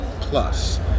plus